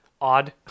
odd